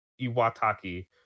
Iwataki